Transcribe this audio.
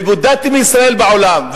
ובודדתם את ישראל בעולם.